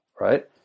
right